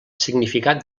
significat